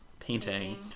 painting